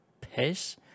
piss